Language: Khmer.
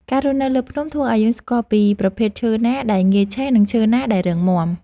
ការរស់នៅលើភ្នំ ធ្វើឲ្យយើងស្គាល់ពីប្រភេទឈើណាដែលងាយឆេះ និងឈើណាដែលរឹងមាំ។